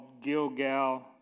Gilgal